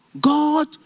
God